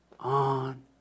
on